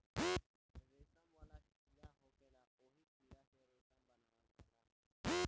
रेशम वाला कीड़ा होखेला ओही कीड़ा से रेशम बनावल जाला